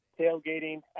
tailgating